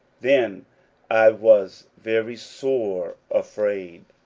then i was very sore afraid,